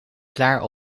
klaar